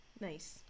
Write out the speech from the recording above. Nice